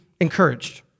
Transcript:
encouraged